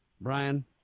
Brian